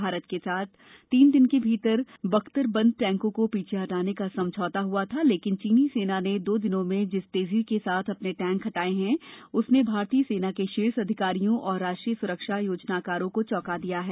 भारत के साथ तीन दिन के भीतर बख्तरबंद टैंकों को पीछे हटाने का समझौता हआ था लेकिन चीनी सेना ने दो दिनों में जिस तेजी के साथ अपने टैंक हटाए हैं उसने भारतीय सेना के शीर्ष अधिकारियों और राष्ट्रीय सुरक्षा योजनाकारों को चौंका दिया है